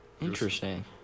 Interesting